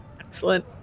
Excellent